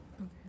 Okay